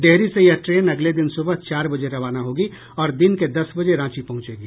डेहरी से यह ट्रेन अगले दिन सुबह चार बजे रवाना होगी और दिन के दस बजे रांची पहचेगी